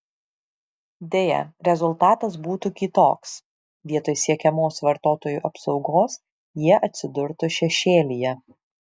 deja rezultatas būtų kitoks vietoj siekiamos vartotojų apsaugos jie atsidurtų šešėlyje